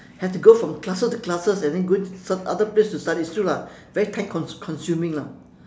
had to go from classes to classes and then go for other place to study it's true lah very time con~ consuming lah